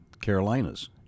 Carolinas